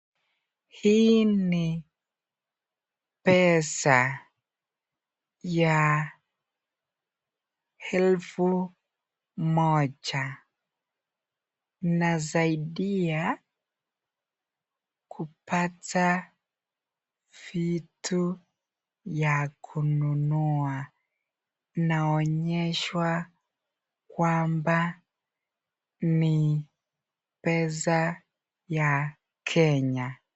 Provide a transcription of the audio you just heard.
Hii ni pesa ya elfu moja ,inasaidia kupata vitu ya kununua. Inaonyeshwa kwamba ni pesa ya Kenya.